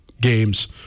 games